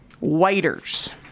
Waiters